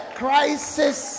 crisis